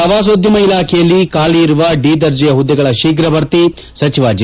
ಪ್ರವಾಸೋದ್ಯಮ ಇಲಾಖೆಯಲ್ಲಿ ಖಾಲಿ ಇರುವ ಡಿ ದರ್ಜೆಯ ಹುದ್ದೆಗಳ ಶೀಫ್ರ ಭರ್ತಿ ಸಚಿವ ಜೆ